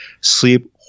sleep